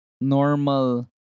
normal